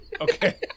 okay